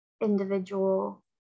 individual